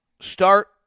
start